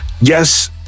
Yes